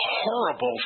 horrible